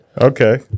Okay